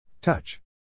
Touch